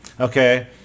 Okay